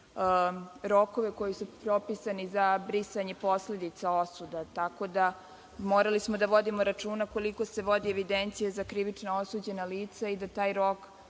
rokove koji su propisani za brisanje posledica osuda. Tako da smo morali da vodimo računa koliko se vodi evidencija za krivično osuđena lica i da taj rok,